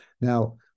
Now